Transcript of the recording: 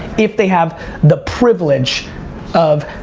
if they have the privilege of,